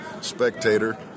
spectator